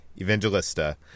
Evangelista